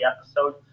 episode